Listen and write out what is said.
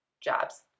jobs